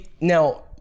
Now